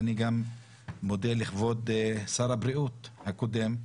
אני גם מודה לכבוד שר הבריאות הקודם,